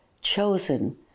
chosen